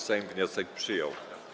Sejm wniosek przyjął.